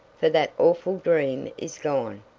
for that awful dream is gone.